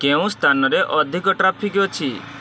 କେଉଁ ସ୍ଥାନରେ ଅଧିକ ଟ୍ରାଫିକ୍ ଅଛି